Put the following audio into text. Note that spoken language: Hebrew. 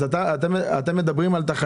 זה בהתאם לצורך.